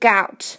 out